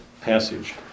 passage